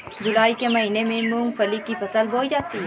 जूलाई के महीने में मूंगफली की फसल बोई जाती है